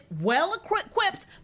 well-equipped